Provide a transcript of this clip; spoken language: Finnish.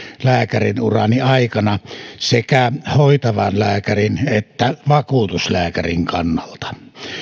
lääkärinurani aikana sekä hoitavan lääkärin että vakuutuslääkärin kannalta